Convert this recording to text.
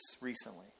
recently